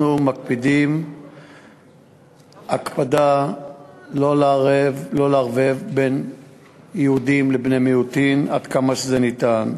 אנחנו מקפידים לא לערב יהודים ובני-מיעוטים עד כמה שזה ניתן.